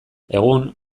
egun